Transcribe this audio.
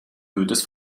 goethes